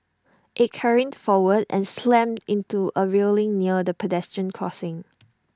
IT careened forward and slammed into A railing near the pedestrian crossing